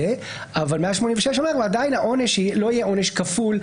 אבל 186 אומר שעדיין העונש לא יהיה עונש כפול,